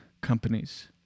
companies